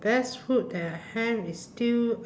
best food that I have is still